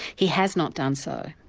he has not done so,